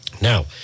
Now